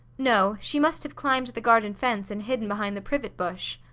no. she must have climbed the garden fence and hidden behind the privet bush.